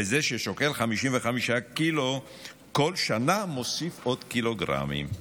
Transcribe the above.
וזה ששוקל 55 קילו כל שנה מוסיף עוד קילוגרמים,